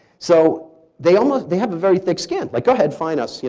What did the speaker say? so they almost they have a very thick skin. like, go ahead, fine us, yeah